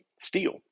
steel